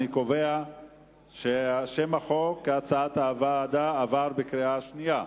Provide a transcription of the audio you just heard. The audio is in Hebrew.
אני קובע ששם החוק כהצעת הוועדה עבר בקריאה שנייה.